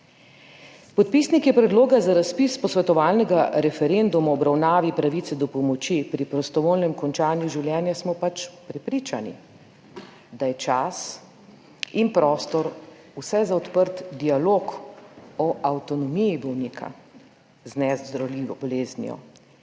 podpisniki predloga za razpis posvetovalnega referenduma o obravnavi pravice do pomoči pri prostovoljnem končanju življenja smo prepričani, da je čas in prostor vse za odprt dialog o avtonomiji bolnika z neozdravljivo boleznijo,